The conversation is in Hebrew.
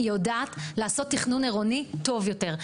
היא יודעת לעשות תכנון עירוני טוב יותר.